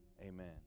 Amen